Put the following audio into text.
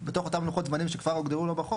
בתוך אותם לוחות זמנים שכבר הוגדרו לו בחוק,